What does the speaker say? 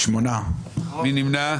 מי נמנע?